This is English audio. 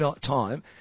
time